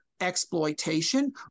exploitation